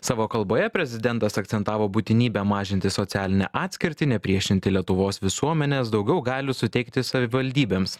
savo kalboje prezidentas akcentavo būtinybę mažinti socialinę atskirtį nepriešinti lietuvos visuomenės daugiau galių suteikti savivaldybėms